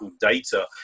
data